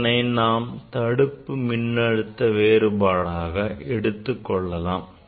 இதனை நாம் தடுப்பு மின்அழுத்த வேறுபாடாக எடுத்துக் கொள்ளலாம்